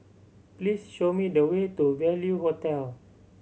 please show me the way to Value Hotel